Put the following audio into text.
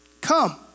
come